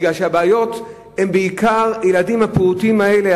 כי הבעיות הן בעיקר עם הילדים הפעוטים האלה,